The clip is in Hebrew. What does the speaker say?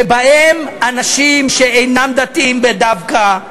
כשאנשים שאינם דתיים דווקא,